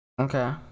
Okay